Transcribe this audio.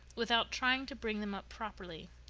without trying to bring them up properly.